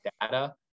data